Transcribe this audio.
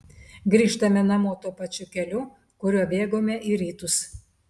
grįžtame namo tuo pačiu keliu kuriuo bėgome į rytus